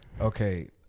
okay